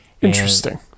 Interesting